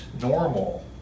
normal